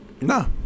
No